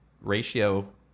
ratio